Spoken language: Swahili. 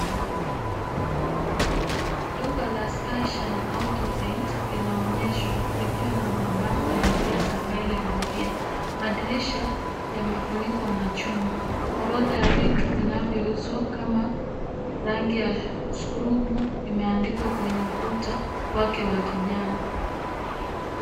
Duka la Skyshine Autopaint linaonyeshwa likiwa na mabango ya M-Pesa available here , madirisha yamefunikwa na chuma ,orodha ya vitu vinayouzwa kama rangi ya scrubu imeandikwa kwenye ukuta wake wa kijani.